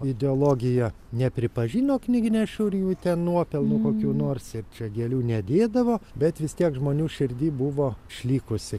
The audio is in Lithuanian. ideologija nepripažino knygnešių ir jų ten nuopelnų kokių nors ir čia gėlių nedėdavo bet vis tiek žmonių širdy buvo išlikusi